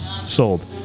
Sold